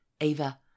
Ava